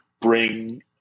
bring